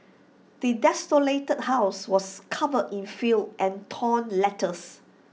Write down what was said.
the desolated house was covered in filth and torn letters